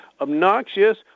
obnoxious